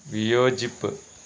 വിയോജിപ്പ്